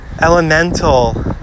elemental